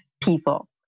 people